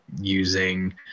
using